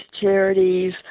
charities